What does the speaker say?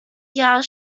jahr